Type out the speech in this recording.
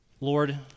Lord